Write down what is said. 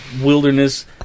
wilderness